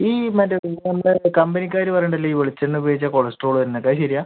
ഈ മറ്റെ കമ്പനിക്കാര് പറയുന്നുണ്ടല്ലോ ഈ വെളിച്ചെണ്ണ ഉപയോഗിച്ചാൽ കൊളസ്ട്രോള് വരൂന്ന് ഒക്കെ അത് ശരിയാ